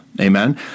Amen